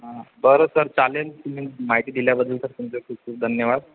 हां बरं सर चालेल तुम्ही माहिती दिल्याबद्दल सर तुमचे खूप खूप धन्यवाद